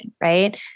right